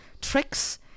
tricks